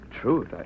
Truth